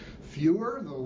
Fewer